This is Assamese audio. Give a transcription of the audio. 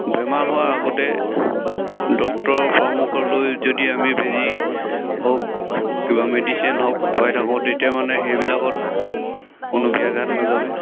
বেমাৰ হোৱাৰ আগতে ডক্টৰৰ পৰামৰ্শ লৈ যদি আমি বেজী হওক কিবা মেডিচিন হওক খুৱাই থাকোঁ তেতিয়া মানে সেইবিলাকত কোনো ব্যাঘাত নজন্মে